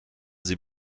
sie